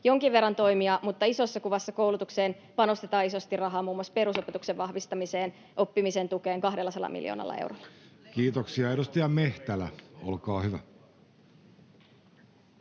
jonkin verran toimia, mutta isossa kuvassa koulutukseen panostetaan isosti rahaa muun muassa perusopetuksen vahvistamiseen ja oppimisen tukeen 200 miljoonalla eurolla. [Speech 84] Speaker: Jussi